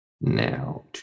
Now